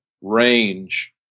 range